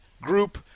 group